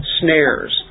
snares